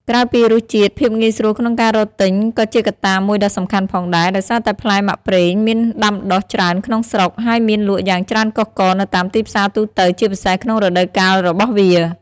ក្រៅពីរសជាតិ ភាពងាយស្រួលក្នុងការរកទិញក៏ជាកត្តាមួយដ៏សំខាន់ផងដែរ ដោយសារតែផ្លែមាក់ប្រេងមានដាំដុះច្រើនក្នុងស្រុក ហើយមានលក់យ៉ាងច្រើនកុះករនៅតាមទីផ្សារទូទៅ ជាពិសេសក្នុងរដូវកាលរបស់វា។